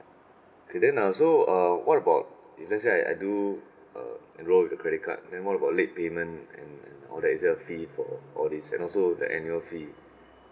okay then uh so uh what about if let's say I I do uh enrol with the credit card the what about late payment and and all that is there a fee for all these and also the annual fee